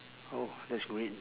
oh that's great